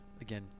again